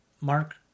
Mark